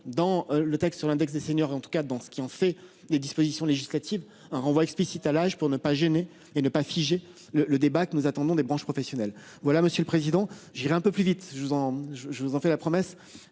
dans le texte sur l'index des seniors en tout cas dans ce qui en fait des dispositions législatives un renvoi explicite à l'âge pour ne pas gêner et ne pas figer le le débat que nous attendons des branches professionnelles. Voilà. Monsieur le Président, je dirais un peu plus vite. Je vous en je je vous en